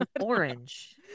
orange